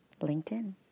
LinkedIn